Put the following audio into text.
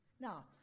Now